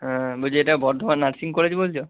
হ্যাঁ বলছি এটা বর্ধমান নার্সিং কলেজ বলছো